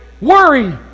Worry